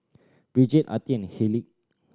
Brigid Artie and Haleigh